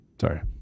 Sorry